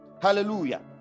Hallelujah